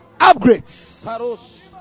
upgrades